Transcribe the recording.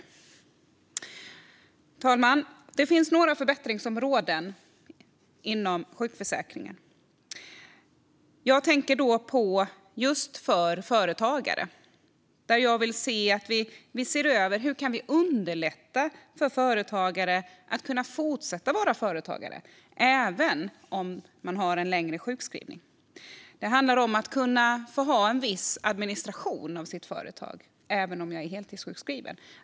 Fru talman! Inom sjukförsäkringen finns några förbättringsområden. Jag tänker på förslag för företagare. Jag vill att vi ska se över hur vi kan underlätta för företagare att kunna fortsätta vara företagare även om man blir sjukskriven en längre tid. Det handlar om att kunna få ha en viss administration av sitt företag, även om man är heltidssjukskriven.